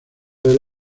del